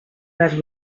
les